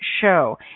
show